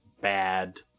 bad